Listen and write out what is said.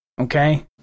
Okay